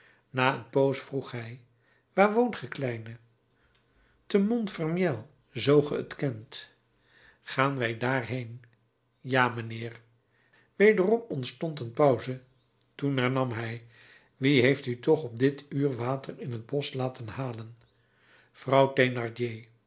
na een poos vroeg hij waar woont ge kleine te montfermeil zoo ge t kent gaan wij daarheen ja mijnheer wederom ontstond een pauze toen hernam hij wie heeft u toch op dit uur water in t bosch laten halen vrouw